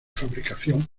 fabricación